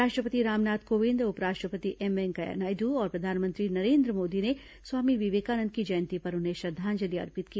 राष्ट्रपति रामनाथ कोविंद उपराष्ट्रपति एम वेंकैया नायडू और प्रधानमंत्री नरेन्द्र मोदी ने स्वामी विवेकानंद की जयंती पर उन्हें श्रद्धांजलि अर्पित की